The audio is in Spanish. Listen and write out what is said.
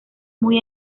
muy